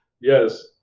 Yes